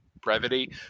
brevity